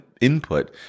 input